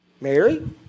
Mary